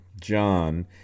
John